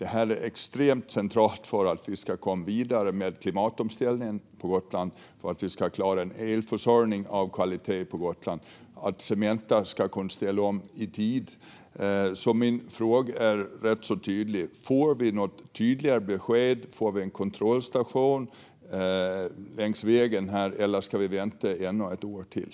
Det är extremt centralt för att vi ska komma vidare med klimatomställningen på Gotland, för att vi ska klara en elförsörjning med kvalitet på Gotland och för att Cementa ska kunna ställa om i tid. Mina frågor är rätt så tydliga: Får vi något tydligare besked? Får vi en kontrollstation längs vägen, eller ska vi vänta ännu ett år till?